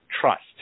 trust